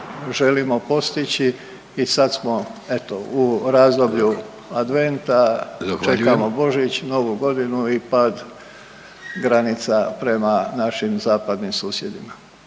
želimo postići i sad smo eto u razdoblju adventa, čekao Božić …/Upadica: Zahvaljujem./… Novu godinu i pad granica prema našim zapadnim susjedima.